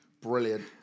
Brilliant